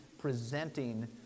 presenting